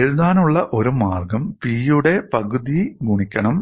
എഴുതാനുള്ള ഒരു മാർഗ്ഗം 'P' യുടെ പകുതി ഗുണിക്കണം